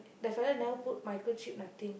the fella now put micro chip nothing